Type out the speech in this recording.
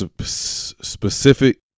specific